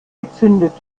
gezündet